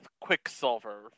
Quicksilver